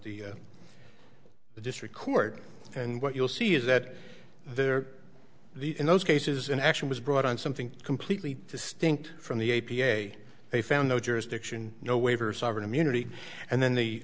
the district court and what you'll see is that there in those cases an action was brought on something completely distinct from the a p a they found no jurisdiction no waiver sovereign immunity and then the